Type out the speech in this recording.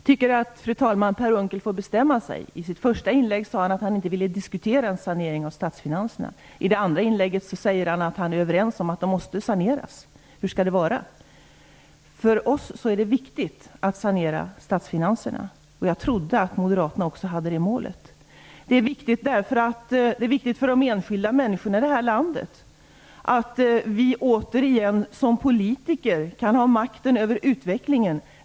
Fru talman! Jag tycker att Per Unckel får bestämma sig. I sitt första inlägg sade han att han inte ville diskutera en sanering av statsfinanserna. I det andra inlägget sade han att vi är överens om att de måste saneras. Hur skall det vara? För Socialdemokraterna är det viktigt att sanera statsfinanserna. Jag trodde att också Moderaterna hade det målet. Det är viktigt för de enskilda människorna i det här landet att vi återigen som politiker kan ha makten över utvecklingen.